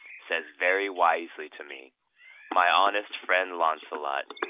says very wisely to me my honest friend launcelot,